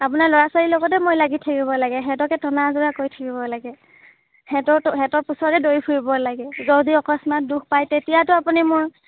আপোনাৰ ল'ৰা ছোৱালীৰ লগতে মই লাগি থাকিব লাগে সিহঁতকে টনা আজোঁৰা কৰি থাকিব লাগে সিহঁতৰ সিহঁতৰ পিছতে দৌৰি ফুৰিব লাগে যদি অকস্মাত দুখ পায় তেতিয়াতো আপুনি মোৰ